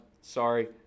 Sorry